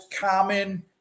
common